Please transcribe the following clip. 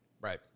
Right